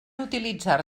utilitzar